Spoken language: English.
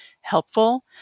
helpful